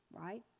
right